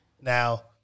Now